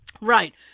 Right